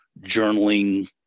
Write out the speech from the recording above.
journaling